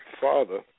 father